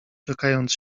czekając